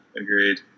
Agreed